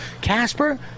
Casper